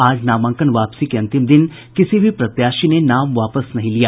आज नामांकन वापसी के अंतिम दिन किसी भी प्रत्याशी ने नाम वापस नहीं लिया